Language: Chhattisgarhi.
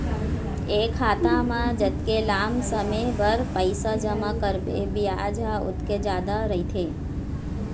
ए खाता म जतके लाम समे बर पइसा जमा करबे बियाज ह ओतके जादा रहिथे